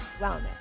Wellness